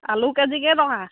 আলু কেজি কেইটকা